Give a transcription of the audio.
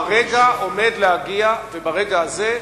כשהוא יהיה בבית נדון בזה בנחת.